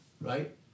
right